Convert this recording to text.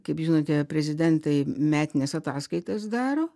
kaip žinote prezidentai metines ataskaitas daro